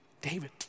David